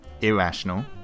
irrational